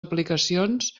aplicacions